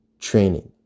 training